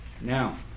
Now